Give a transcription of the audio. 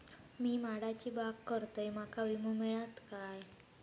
मी माडाची बाग करतंय माका विमो मिळात काय?